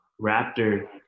raptor